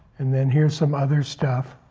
and then here's some other stuff,